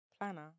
Planner